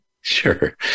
Sure